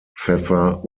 pfeffer